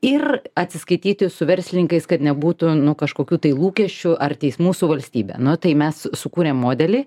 ir atsiskaityti su verslininkais kad nebūtų nu kažkokių tai lūkesčių ar teismų su valstybe nu tai mes sukūrėm modelį